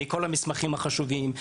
מכל המסמכים החשובים,